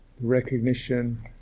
recognition